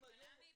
אבל עמי,